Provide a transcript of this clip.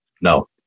No